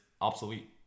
obsolete